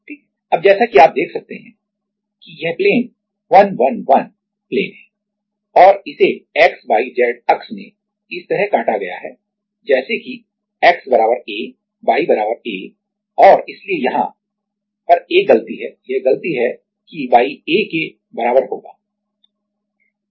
ठीक अब जैसा कि आप देख सकते हैं कि यह प्लेन 111 प्लेन है और इसे X Y Z अक्ष में इस तरह काटा गया है जैसे कि यह X बराबर a Y बराबर a और इसलिए यहां पर एक गलती है यह गलती है कि Y a ke बराबर होगा ओके